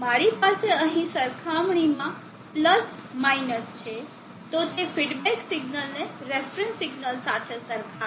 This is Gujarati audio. મારી પાસે અહીં સરખામણીમાં પ્લસ માઈનસ છે તો તે ફિડબેક સિગ્નલને રેફરન્સ સિગ્નલ સાથે સરખાવે છે